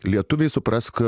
lietuviai suprask